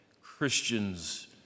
Christians